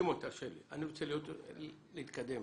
אני רוצה להתקדם.